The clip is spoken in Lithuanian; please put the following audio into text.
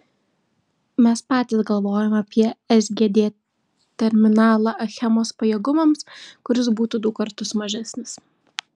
mes patys galvojome apie sgd terminalą achemos pajėgumams kuris būtų du kartus mažesnis